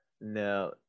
No